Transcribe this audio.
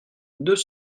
deux